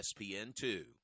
ESPN2